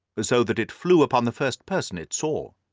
but so that it flew upon the first person it saw.